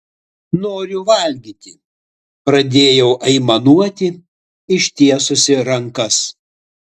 noriu valgyti pradėjau aimanuoti ištiesusi rankas